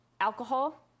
alcohol